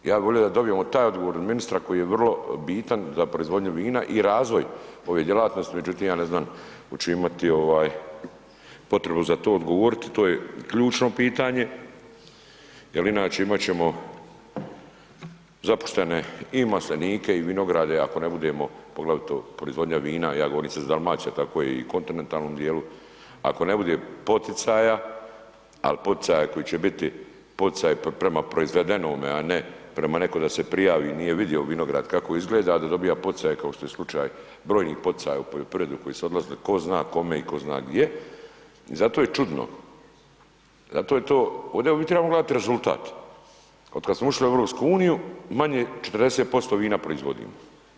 Ja bi volio da dobijemo taj odgovor od ministra koji je vrlo bitan za proizvodnju vina i razvoj ove djelatnosti, međutim, ja ne znam hoće imati potrebu za to odgovoriti, to je ključno pitanje jel inače imat ćemo zapuštene i maslinike i vinograde ako ne budemo poglavito proizvodnja vina, ja govorim sad za Dalmaciju, tako je i u kontinentalnom dijelu, ako ne bude poticaja, al poticaja koji će biti, poticaji prema proizvedenome, a ne prema nekom da se prijavi, nije vidio vinograd kako izgleda da dobija poticaj kao što je slučaj brojnih poticaja u poljoprivredi u koji su odlazili tko zna kome i tko zna gdje, zato je čudno, zato je to, ovdje bi trebalo gledati rezultat, otkad smo ušli u EU manje 40% vina proizvodimo.